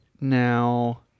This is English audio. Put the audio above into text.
now